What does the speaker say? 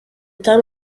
time